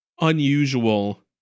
unusual